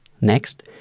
Next